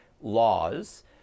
laws